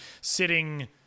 sitting